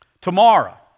Tomorrow